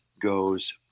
goes